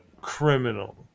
Criminal